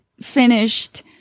finished